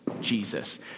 Jesus